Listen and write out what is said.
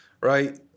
Right